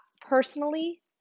personally